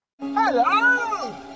Hello